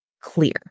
clear